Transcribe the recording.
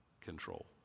control